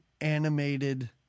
animated